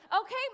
Okay